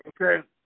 Okay